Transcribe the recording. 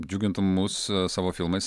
džiugintum mus savo filmais